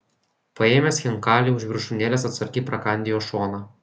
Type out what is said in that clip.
paėmęs chinkalį už viršūnėlės atsargiai prakandi jo šoną